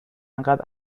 انقد